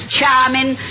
Charming